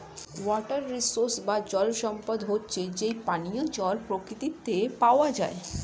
water resource বা জল সম্পদ হচ্ছে যেই পানিও জল প্রকৃতিতে পাওয়া যায়